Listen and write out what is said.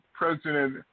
President